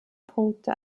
punkte